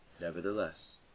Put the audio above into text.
Nevertheless